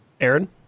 Aaron